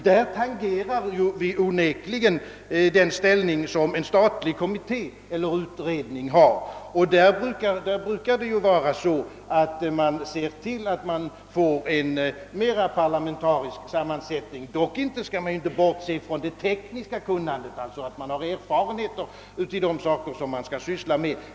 Där tangerar man onekligen den ställning som en statlig utredningskommitté har, och vi brukar se till att en sådan får en parlamentarisk sammansättning. Givetvis bör man därför inte bortse från det tekniska kunnandet och erfarenheter av de saker utredningen skall syssla med.